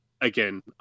again